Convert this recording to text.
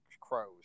crows